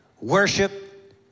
worship